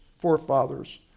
forefathers